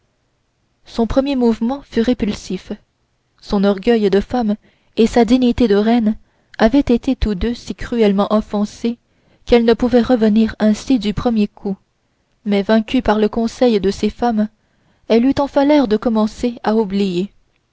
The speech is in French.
son premier mouvement fut répulsif son orgueil de femme et sa dignité de reine avaient été tous deux si cruellement offensés qu'elle ne pouvait revenir ainsi du premier coup mais vaincue par le conseil de ses femmes elle eut enfin l'air de commencer à oublier